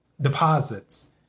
deposits